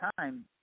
time